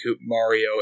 Mario